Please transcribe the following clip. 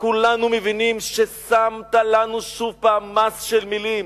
כולנו מבינים ששמת לנו שוב פעם מס של מלים.